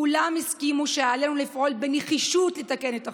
כולם הסכימו שעלינו לפעול בנחישות לתקן את החוק.